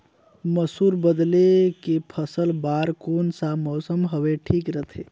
मसुर बदले के फसल बार कोन सा मौसम हवे ठीक रथे?